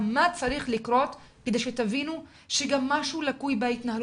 אם זה יצריך מאתנו לקיים דיונים מדי שבוע כדי לעקוב היכן זה עומד,